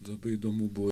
labai įdomu buvo